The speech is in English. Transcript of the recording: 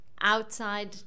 outside